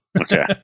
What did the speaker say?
Okay